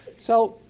so,